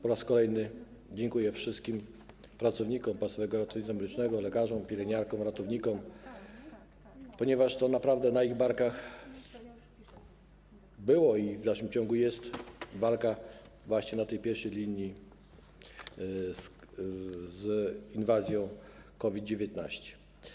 Po raz kolejny dziękuję wszystkim pracownikom Państwowego Ratownictwa Medycznego: lekarzom, pielęgniarkom, ratownikom, ponieważ to naprawdę spoczywało ich barkach było i w dalszym ciągu walczą oni właśnie na tej pierwszej linii z inwazją COVID-19.